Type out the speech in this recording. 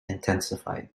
intensified